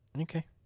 Okay